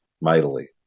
mightily